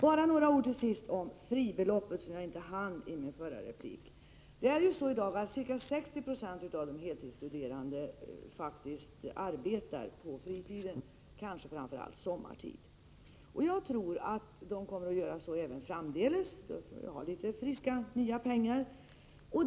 Bara några ord till sist om fribeloppet, som jag inte hann med i min förra replik. Ca 60 96 av de heltidsstuderande arbetar på fritiden, kanske framför allt sommartid. Jag tror att de kommer att göra så även framdeles för att få litet nya friska pengar.